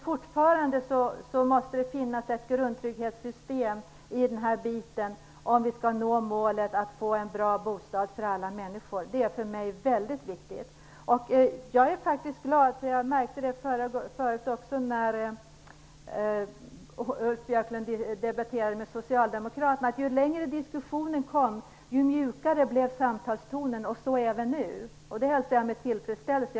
Fortfarande måste det finnas ett grundtrygghetssystem här för att vi skall kunna nå målet att alla människor har en bra bostad. Det är för mig väldigt viktigt. Jag är glad över, det märkte jag tidigare då Ulf Björklund debatterade med socialdemokraterna, att ju längre diskussionen kom, desto mjukare blev samtalstonen. Så är det alltså även nu. Detta hälsar jag med tillfredsställelse.